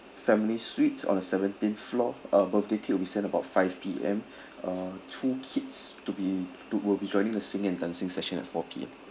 family suite on the seventeenth floor uh birthday cake will be sent about five P_M uh two kids to be to will be joining the singing and dancing session at four P_M